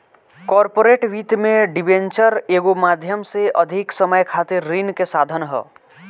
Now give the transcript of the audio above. corporate वित्त में debenture एगो माध्यम से अधिक समय खातिर ऋण के साधन ह